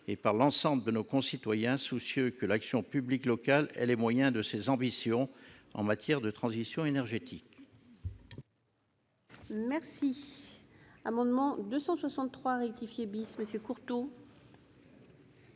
et par l'ensemble de nos concitoyens soucieux que l'action publique locale ait les moyens de ses ambitions en matière de transition énergétique.